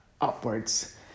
upwards